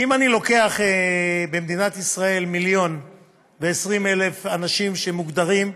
אם אני לוקח במדינת ישראל 1.2 מיליון אנשים שמוגדרים,